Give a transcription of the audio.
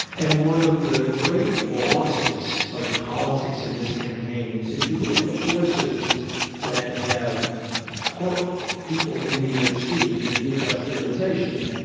and one of the great losses of politics in this campaign is if you look at the forces that have hurt people in the inner city, the deindustrialization,